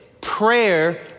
prayer